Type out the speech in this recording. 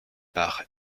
par